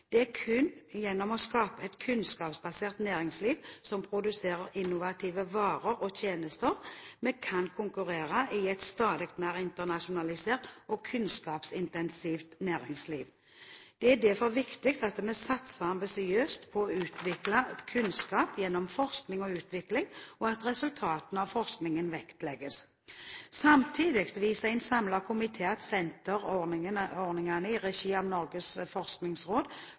Det er kun gjennom å skape et kunnskapsbasert næringsliv som produserer innovative varer og tjenester, vi kan konkurrere i et stadig mer internasjonalisert og kunnskapsintensivt næringsliv. Det er derfor viktig at vi satser ambisiøst på å utvikle kunnskap gjennom forskning og utvikling, og at resultatene av forskningen vektlegges. Samtidig viser en samlet komité til at senterordningene i regi av Norges forskningsråd